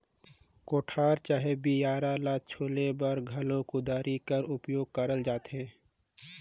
कोठार चहे बियारा ल छोले बर घलो कुदारी कर उपियोग करल जाथे